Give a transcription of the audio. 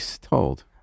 told